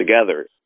together